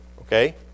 Okay